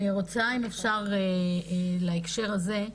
אם אפשר להקשר הזה,